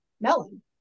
melon